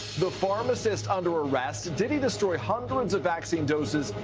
the pharmacist under arrest. did he destroy hundreds of vaccine doses,